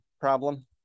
problem